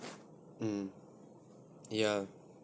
mmhmm ya